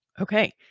Okay